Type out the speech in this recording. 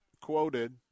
quoted